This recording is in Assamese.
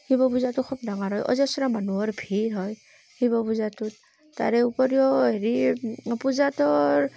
শিৱ পূজাটো খুব ডাঙৰ হয় অজস্ৰ মানুহৰ ভীৰ হয় শিৱ পূজাটোত তাৰ উপৰিও হেৰি পূজাটোৰ